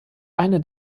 eine